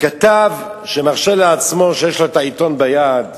וכתב שמרשה לעצמו, שיש לו העיתון ביד,